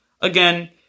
again